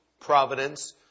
Providence